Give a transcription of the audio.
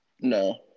No